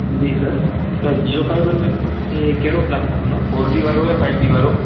जी sir त Jio fibre में तव्हांखे कहिड़ो प्लान खपंदो फ़ोर जी वारो या फ़ाइव जी वारो वारो